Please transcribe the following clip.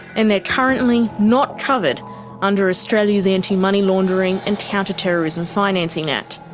and they're currently not covered under australia's anti-money laundering and counter-terrorism financing act.